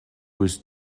was